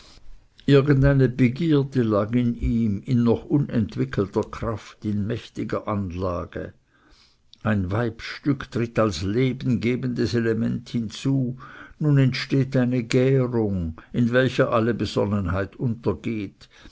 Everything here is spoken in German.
eine begierde lag in ihm in noch unentwickelter kraft in mächtiger anlage ein weibsstück tritt als leben gebendes element hin zu und nun entsteht eine gärung in welcher alle besonnenheit untergeht